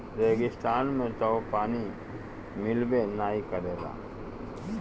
रेगिस्तान में तअ पानी मिलबे नाइ करेला